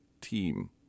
team